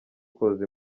koza